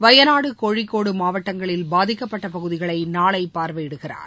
வயநாடு கோழிக்கோடு மாவட்டங்களில் பாதிக்கப்பட்ட பகுதிகளை நாளை பார்வையிடுகிறார்